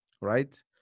Right